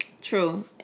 True